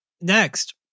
Next